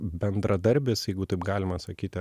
bendradarbis jeigu taip galima sakyti